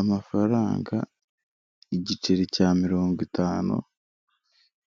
Amafaranga igiceri cya mirongo itanu